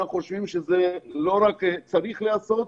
ואנחנו חושבים שזה לא רק צריך להיעשות,